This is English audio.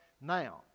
now